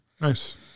nice